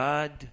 God